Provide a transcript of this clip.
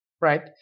right